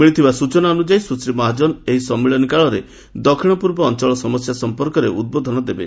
ମିଳିଥିବା ସୂଚନା ଅନୁଯାୟୀ ସୁଶ୍ରୀ ମହାଜନ ଏହି ସମ୍ମିଳନୀ କାଳରେ ଦକ୍ଷିଣ ପୂର୍ବ ଅଞ୍ଚଳ ସମସ୍ୟା ସଂପର୍କରେ ଉଦ୍ବୋଧନ ଦେବେ